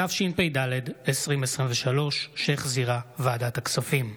התשפ"ד 2023, שהחזירה ועדת הכספים.